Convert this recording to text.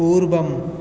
पूर्वम्